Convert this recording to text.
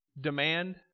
demand